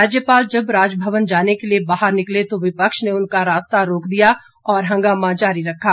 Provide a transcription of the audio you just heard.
राज्यपाल जब राजभवन जाने के लिए बाहर निकले तो विपक्ष ने उनका रास्ता रोक दिया और हंगामा जारी रखा